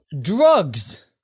drugs